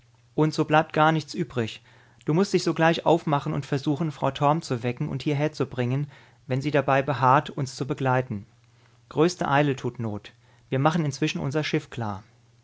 und so bleibt gar nichts übrig du mußt dich sogleich aufmachen und versuchen frau torm zu wecken und hierherzubringen wenn sie dabei beharrt uns zu begleiten größte eile tut not wir machen inzwischen unser schiff klar